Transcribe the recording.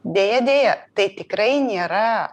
deja deja tai tikrai nėra